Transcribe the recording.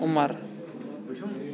Umar